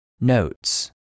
Notes